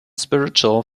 spiritual